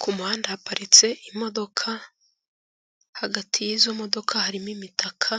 Ku muhanda haparitse imodoka, hagati y'izo modoka harimo imitaka